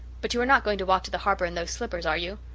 but you are not going to walk to the harbour in those slippers, are you?